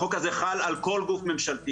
החוק הזה חל על כל גוף ממשלתי,